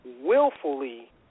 willfully